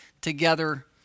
together